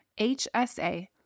HSA